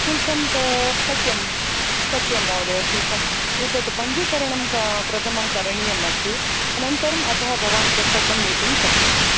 शुल्कं ता सत्यं सत्यं महोदय शुल्कं एतत् पञ्जीकरणं क प्रथमं करणीयमस्ति अनन्तरं अतः भवान् पुस्तकं नीतुं शक्यते